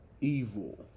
EVIL